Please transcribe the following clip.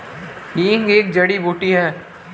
हींग एक जड़ी बूटी है